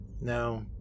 no